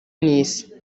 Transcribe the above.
n’isi